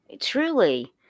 Truly